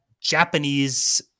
Japanese